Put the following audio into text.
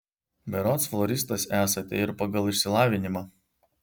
berods floristas esate ir pagal išsilavinimą